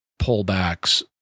pullbacks